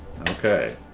Okay